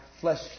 flesh